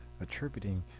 Attributing